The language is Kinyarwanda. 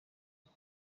uku